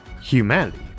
Humanity